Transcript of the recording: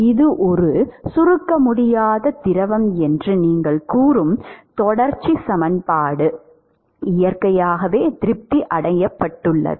இது ஒரு சுருக்க முடியாத திரவம் என்று நீங்கள் கூறும் தொடர்ச்சி சமன்பாடு இயற்கையாகவே திருப்தி அடைகிறது